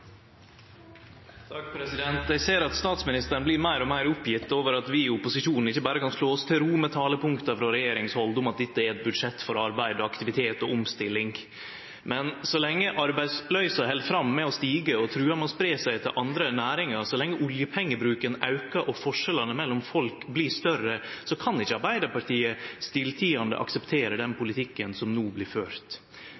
Eg ser at statsministeren blir meir og meir oppgjeven over at vi i opposisjonen ikkje berre kan slå oss til ro med talepunkta frå regjeringshald om at dette er eit budsjett for arbeid, aktivitet og omstilling. Men så lenge arbeidsløysa held fram med å stige og trugar med å spreie seg til andre næringar, så lenge oljepengebruken aukar og forskjellane mellom folk blir større, kan ikkje Arbeidarpartiet stillteiande akseptere den